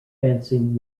fencing